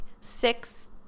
six